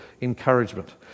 encouragement